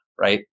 right